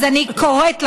אז אני קוראת לכם: